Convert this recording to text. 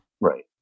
right